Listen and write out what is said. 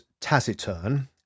taciturn